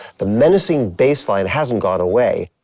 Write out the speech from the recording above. the menacing bass line hasn't gone away.